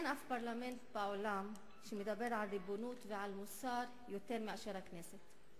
אין אף פרלמנט בעולם שמדבר על ריבונות ועל מוסר יותר מאשר הכנסת,